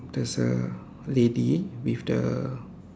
there is a lady with the